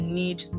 need